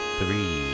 three